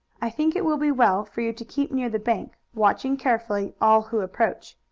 i think it will be well for you to keep near the bank, watching carefully all who approach.